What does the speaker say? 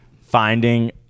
finding